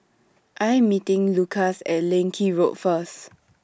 I Am meeting Lukas At Leng Kee Road First